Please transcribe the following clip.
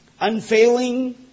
unfailing